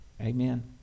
Amen